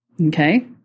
Okay